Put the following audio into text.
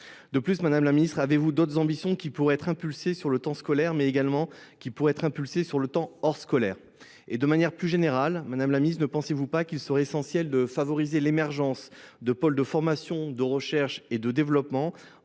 De plus, Madame la Ministre, avez-vous d'autres ambitions qui pourraient être impulsées sur le temps scolaire, mais également qui pourraient être impulsées sur le temps hors scolaire ? Et de manière plus générale, Madame la Ministre, ne pensez-vous pas qu'il serait essentiel de favoriser l'émergence de pôles de formation, de recherche et de développement,